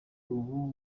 ubu